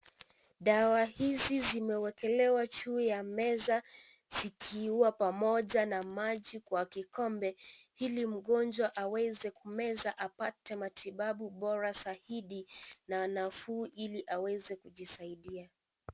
Dawa hizi zimewekelewa juu ya meza zikiwa pamoja na maji kwa kikombe, ili mgonjwa aweze kumeza apate matibabu bora zaidi na nafuu ili aweze kjisaidia.